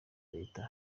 leta